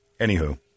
Anywho